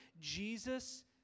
Jesus